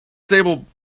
stable